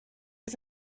was